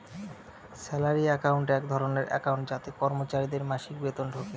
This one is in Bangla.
স্যালারি একাউন্ট এক ধরনের একাউন্ট যাতে কর্মচারীদের মাসিক বেতন ঢোকে